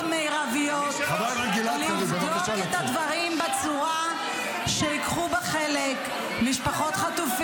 זאת תהיה ועדת חקירה שיהיו לה סמכויות מרביות לבדוק